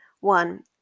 one